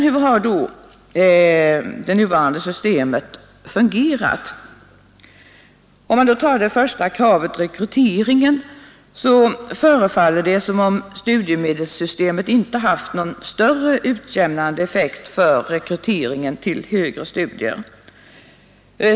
Hur har då det nuvarande systemet fungerat? Vad beträffar det första kravet, rekryteringen, förefaller det som om studiemedelssystemet inte haft någon större utjämnande effekt för rekryteringen till högre studier.